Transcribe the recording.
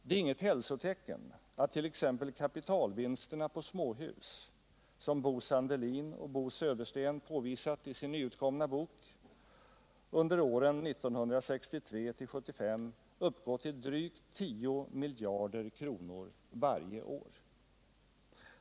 Det är inget hälsotecken att t.ex. kapitalvinsterna på småhus, som Bo Sandelin och Bo Södersten påvisat i sin nytutkomna bok, under åren 1963-1975 uppgått till drygt 10 miljarder kronor om året.